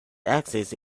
axis